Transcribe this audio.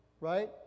Right